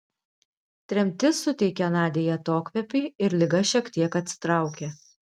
tremtis suteikė nadiai atokvėpį ir liga šiek tiek atsitraukė